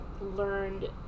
learned